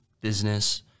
business